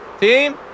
Team